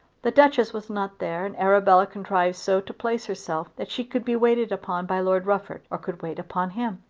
the duchess was not there and arabella contrived so to place herself that she could be waited upon by lord rufford, or could wait upon him.